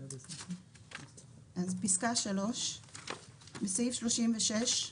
אז פסקה שלוש בסעיף 36,